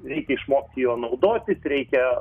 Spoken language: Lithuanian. reikia išmokti juo naudotis reikia